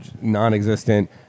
non-existent